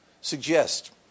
suggest